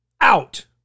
out